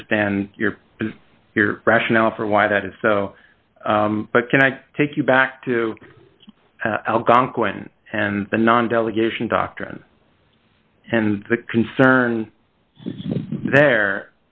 understand your your rationale for why that is so but can i take you back to algonquin and the non delegation doctrine and the concern there